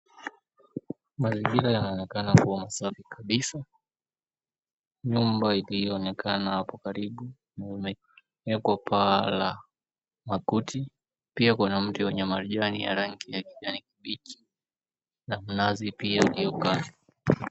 Mazingira yanaonekana kuwa safi kabisa. Nyumba iliyoonekana hapo karibu imeekwa paa la makuti pia kuna mti wa majani ya rangi ya kijani kibichi na mnazi pia ulio kando